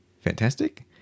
Fantastic